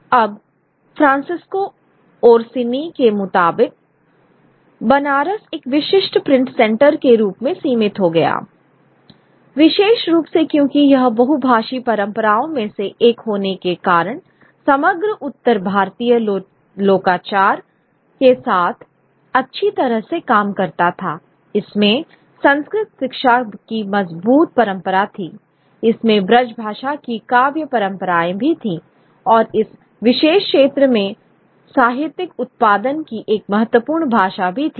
अब Francesca Orsini के मुताबिक बनारस एक विशिष्ट प्रिंट सेंटर के रूप में सीमित हो गया विशेष रूप से क्योंकि यह बहुभाषी परंपराओं में से एक होने के कारण समग्र उत्तर भारतीय लोकाचार के साथ अच्छी तरह से काम करता था इसमें संस्कृत शिक्षा की मजबूत परंपरा थी इसमें ब्रजभाषा की काव्य परंपराएँ भी थीं और इस विशेष क्षेत्र में साहित्यिक उत्पादन की एक महत्वपूर्ण भाषा भी थी